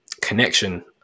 connection